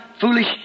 foolish